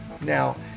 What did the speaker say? Now